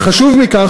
וחשוב מכך,